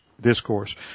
discourse